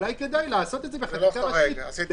אולי כדאי לעשות את זה בחקיקה ראשית בהליך מסודר.